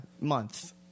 month